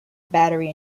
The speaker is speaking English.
battery